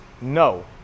no